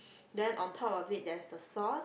then on top of it there's the sauce